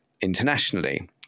internationally